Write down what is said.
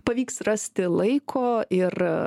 pavyks rasti laiko ir